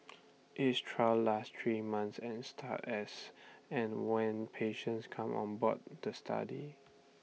each trial last three months and start as and when patients come on board the study